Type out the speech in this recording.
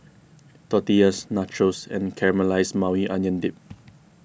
Tortillas Nachos and Caramelized Maui Onion Dip